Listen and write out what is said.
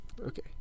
Okay